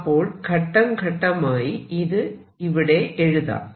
അപ്പോൾ ഘട്ടം ഘട്ടമായി ഇത് ഇവിടെ എഴുതാം